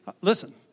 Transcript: Listen